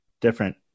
different